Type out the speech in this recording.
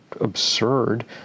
absurd